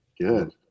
Good